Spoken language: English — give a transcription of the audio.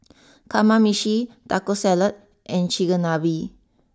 Kamameshi Taco Salad and Chigenabe